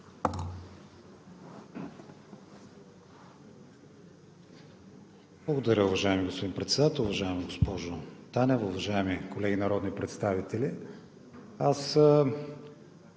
Председател. Уважаеми господин Председател, уважаема госпожо Танева, уважаеми колеги народни представители! Аз